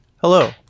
Hello